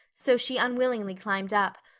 so she unwillingly climbed up.